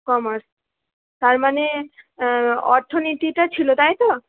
commerce তার মানে অর্থনীতিটা ছিল তাই তো